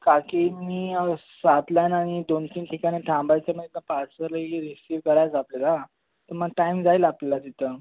काकी मी सातला ना आणि दोन तीन ठिकाणी थांबायचं नाही का पार्सल आहे की रिसिव करायचं आपल्याला तर मग टाईम जाईल आपला तिथं